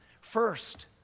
First